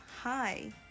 hi